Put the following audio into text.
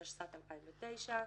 התשס"ט-2009.